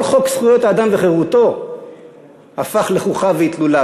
כל חוק זכויות האדם וחירותו הפך לחוכא ואטלולא,